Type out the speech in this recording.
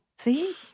See